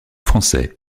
français